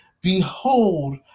behold